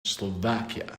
slovakia